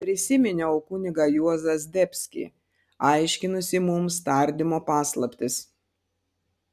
prisiminiau kunigą juozą zdebskį aiškinusį mums tardymo paslaptis